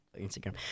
Instagram